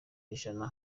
ijana